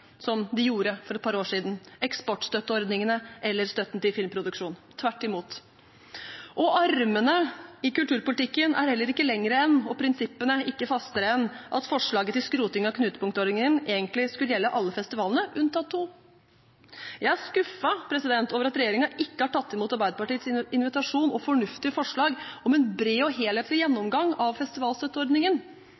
som de gjorde for et par år siden – eksportstøtteordningene eller støtten til filmproduksjon, tvert imot. Armene i kulturpolitikken er heller ikke lengre enn og prinsippene ikke fastere enn at forslaget om skroting av knutepunktordningen egentlig skulle gjelde alle festivalene, unntatt to. Jeg er skuffet over at regjeringen ikke har tatt imot Arbeiderpartiets invitasjon og fornuftige forslag om en bred og helhetlig gjennomgang av festivalstøtteordningen,